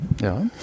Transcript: Ja